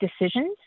decisions